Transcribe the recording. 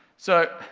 so,